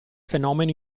fenomeno